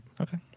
Okay